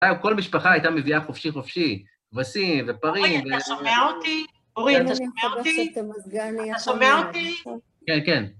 היו, כל משפחה הייתה מביאה חופשי-חופשי, כבשים ופרים. אורי, אתה שומע אותי? אורי, אתה שומע אותי? אתה שומע אותי? כן, כן.